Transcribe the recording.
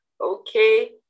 Okay